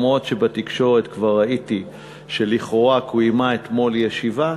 גם אם בתקשורת כבר ראיתי שלכאורה קוימה אתמול ישיבה.